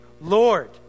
lord